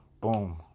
boom